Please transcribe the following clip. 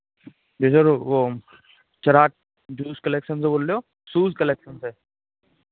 जी sir वह Chirag juice collection से बोल रहे हो सूज कलेक्सन से